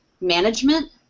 management